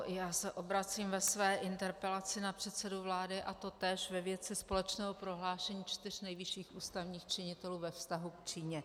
I já se obracím ve své interpelaci na předsedu vlády, a to též ve věci společného prohlášení čtyř nejvyšších ústavních činitelů ve vztahu k Číně.